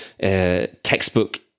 textbook